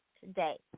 today